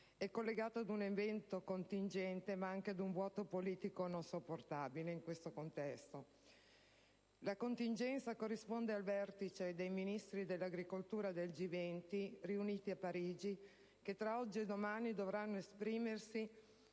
è collegata ad un evento contingente, ma anche ad un vuoto politico non sopportabile in questo contesto. La contingenza corrisponde al vertice dei Ministri dell'agricoltura del G20, riuniti a Parigi, che tra oggi e domani dovranno esprimersi